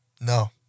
no